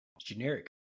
Generic